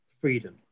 freedom